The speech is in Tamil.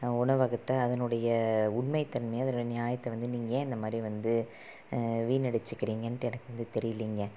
உணவகத்தை அதனுடைய உண்மையை தன்மையை அதனுடய நியாயத்தை வந்து நீங்கள் ஏன் இந்த மாதிரி வந்து வீணடிச்சிக்கிறிங்கன்னு எனக்கு வந்து தெரியலைங்க